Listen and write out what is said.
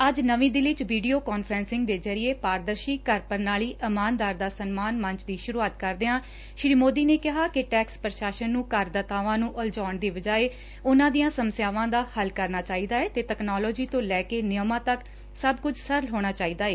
ਅੱਜ ਨਵੀਂ ਦਿੱਲੀ ਚ ਵੀਡੀਓ ਕਾਨਫਰੰਸਿੰਗ ਦੇ ਜ਼ਰੀਏ ਪਾਰਦਰਸ਼ੀ ਕਰ ਪ੍ਰਣਾਲੀ ਇਮਾਨਦਾਰ ਦਾ ਸਨਮਾਨ ਮੰਚ ਦੀ ਸੁਰੁਆਤ ਕਰਦਿਆਂ ਸ੍ਰੀ ਮੋਦੀ ਨੇ ਕਿਹਾ ਕਿ ਟੈਕਸ ਪ੍ਰਸਾਸ਼ਨ ਨੂੰ ਕਰਦਾਤਾਵਾਂ ਨੂੰ ਉਲਝਾਉਣ ਦੀ ਬਜਾਏ ਉਨਾਂ ਦੀਆਂ ਸਮੱਸਿਆਵਾਂ ਦਾ ਹੱਲ ਕਰਨਾ ਚਾਹੀਦਾ ਏ ਅਤੇ ਤਕਨਾਲੋਜੀ ਤੋਂ ਲੈ ਕੇ ਨਿਯਮਾਂ ਤੱਕ ਸਬ ਕੁਝ ਸਰਲ ਹੋਣਾ ਚਾਹੀਦਾ ਏ